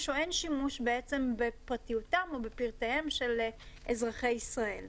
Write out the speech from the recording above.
או אין שימוש בפרטיהם של אזרחי ישראל.